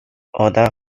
oda